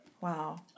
Wow